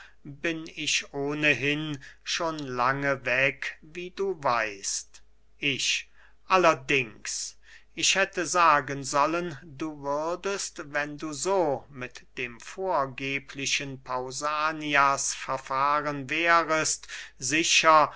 bin ich ohnehin schon lange weg wie du weißt ich allerdings ich hätte sagen sollen du würdest wenn du so mit dem vorgeblichen pausanias verfahren wärest sicher